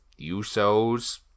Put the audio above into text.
Usos